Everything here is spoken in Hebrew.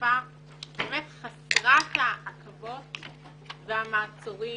במתקפה חסרת העכבות והמעצורים,